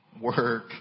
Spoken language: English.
Work